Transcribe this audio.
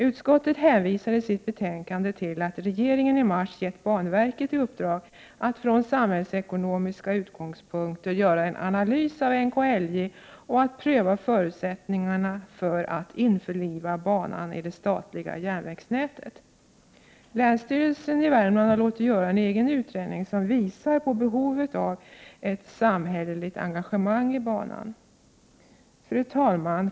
Utskottet hänvisar i betänkandet till att regeringen i mars gav banverket i uppdrag att från samhällsekonomiska utgångspunkter göra en analys av NKIJ. Förutsättningarna för att införliva banan i det statliga järnvägsnätet skulle prövas. Länsstyrelsen i Värmland har låtit göra en egen utredning som visar på behovet av ett samhälleligt engagemang i banan. Fru talman!